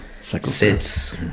sits